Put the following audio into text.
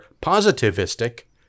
positivistic